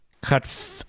cut